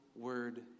word